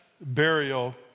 burial